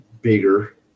bigger